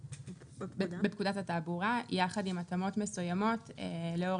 בפקודת התעבורה יחד עם התאמות מסוימות לאור